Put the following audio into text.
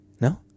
No